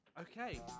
Okay